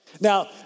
Now